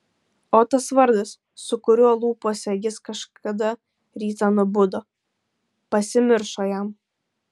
o tas vardas su kuriuo lūpose jis kažkada rytą nubudo pasimiršo jam